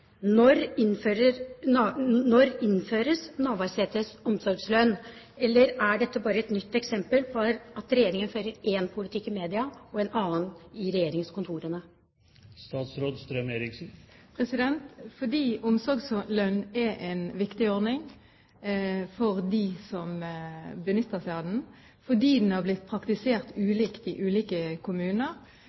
Når innføres Navarsetes omsorgslønn? Eller er dette bare et nytt eksempel på at regjeringen fører én politikk i media og en annen i regjeringskontorene? Fordi omsorgslønnen er en viktig ordning for dem som benytter seg av den, og fordi den har blitt praktisert ulikt i ulike kommuner,